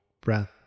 breath